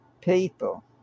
people